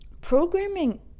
Programming